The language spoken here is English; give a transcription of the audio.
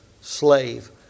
slave